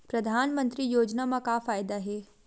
परधानमंतरी योजना म का फायदा?